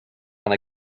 and